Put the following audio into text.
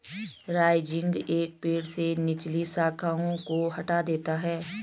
rising एक पेड़ से निचली शाखाओं को हटा देता है